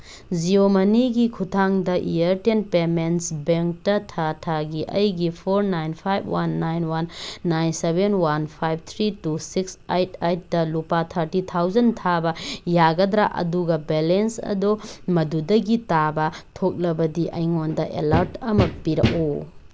ꯖꯤꯌꯣ ꯃꯅꯤꯒꯤ ꯈꯨꯠꯊꯥꯡꯗ ꯏꯌꯔꯇꯦꯟ ꯄꯦꯃꯦꯟꯁ ꯕꯦꯡꯇ ꯊꯥ ꯊꯥꯒꯤ ꯑꯩꯒꯤ four nine five one nine one nine seven one five three two six eight ꯑꯩꯠꯇ ꯂꯨꯄꯥ ꯊꯥꯔꯇꯤ ꯊꯥꯎꯖꯟ ꯊꯥꯕ ꯌꯥꯒꯗ꯭ꯔꯥ ꯑꯗꯨꯒ ꯕꯦꯂꯦꯟꯁ ꯑꯗꯨ ꯃꯗꯨꯗꯒꯤ ꯇꯥꯕ ꯊꯣꯛꯂꯕꯗꯤ ꯑꯩꯉꯣꯟꯗ ꯑꯦꯂꯥꯔꯠ ꯑꯃ ꯄꯤꯔꯛꯎ